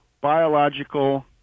biological